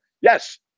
Yes